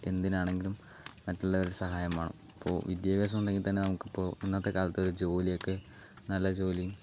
എന്തിനാണെങ്കിലും മറ്റുള്ളവരുടെ സഹായം വേണം ഇപ്പോൾ വിദ്യാഭ്യാസം ഉണ്ടെങ്കിൽ തന്നെ നമുക്കിപ്പോൾ ഇന്നത്തെ കാലത്ത് ഒരു ജോലിയൊക്കെ നല്ല ജോലി